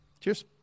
Cheers